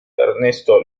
ernesto